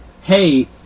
hey